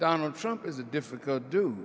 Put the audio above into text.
donald trump is it difficult to do